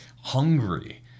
hungry